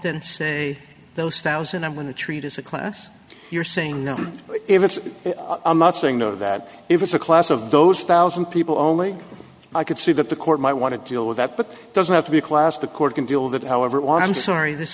then say those thousand i'm going to treat as a class you're saying no it's i'm not saying though that if it's a class of those thousand people only i could see that the court might want to deal with that but it doesn't have to be a class the court can deal with it however on i'm sorry this